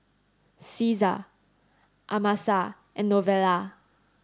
Caesar Amasa and Novella